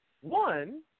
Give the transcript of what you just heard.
one